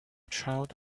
child